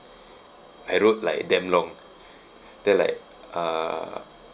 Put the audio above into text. I wrote like damn long then like uh